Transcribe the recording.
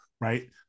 right